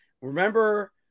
Remember